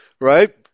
Right